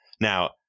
Now